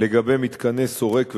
לגבי מתקני שורק ואשדוד,